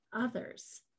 others